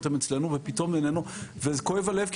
והם אצלנו ופתאום הם לא וזה כואב הלב,